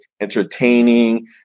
entertaining